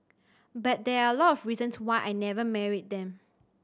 but there are a lot of reasons why I never married them